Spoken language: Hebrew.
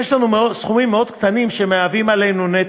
יש לנו סכומים מאוד קטנים שמהווים עלינו נטל,